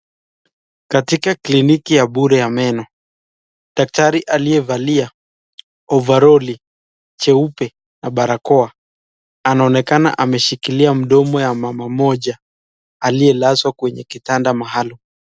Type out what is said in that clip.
Katika kliniki ya bure ya meno daktari aliyevalia ovaroli jeupe na barakoa anaonekana ameshikilia mdomo ya mama mmoja aliyelazwa kwenye kitanda maalum.